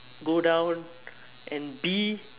go down and be